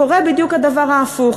קורה בדיוק הדבר ההפוך.